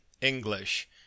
English